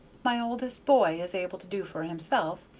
my oldest boy is able to do for himself,